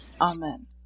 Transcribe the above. Amen